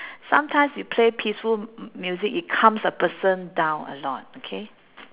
sometimes you play peaceful m~ music it calms a person down a lot okay